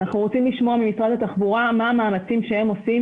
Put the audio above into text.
אנחנו רוצים לשמוע ממשרד התחבורה מה המאמצים שהם עושים